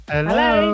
Hello